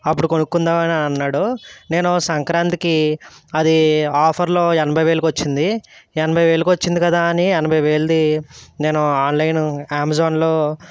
అప్పుడు కొనుక్కుందామని అన్నాడు నేను సంక్రాంతికి అదీ ఆఫర్లో ఎనభై వేలకి వచ్చింది ఎనభై వేలకి వచ్చింది కదా అని ఎనభై వేలది నేను ఆన్లైన్ అమెజాన్లో